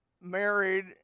married